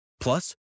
Plus